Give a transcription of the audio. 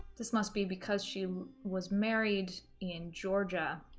this must be because she was married in georgia